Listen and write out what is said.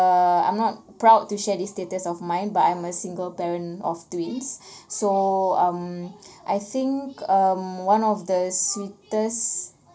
uh I'm not proud to share this status of mine but I'm a single parent of twins so um I think um one of the sweetest